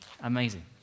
Amazing